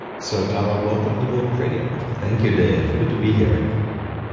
so, dawa welcome to bulletproof radio thank you, dave. good to be here.